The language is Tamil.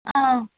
ஆ